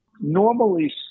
Normally